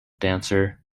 dancer